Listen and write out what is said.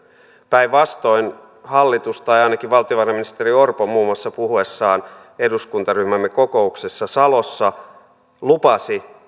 päinvastoin hallitus tai ainakin valtiovarainministeri orpo muun muassa puhuessaan eduskuntaryhmämme kokouksessa salossa lupasi